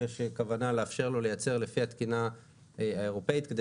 יש כוונה לאפשר לו לייצר לפי התקינה האירופאית כדי